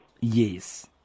Yes